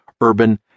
urban